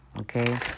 okay